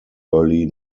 early